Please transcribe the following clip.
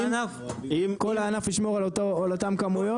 כל הענף ישמור על אותם כמויות?